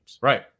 Right